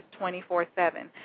24-7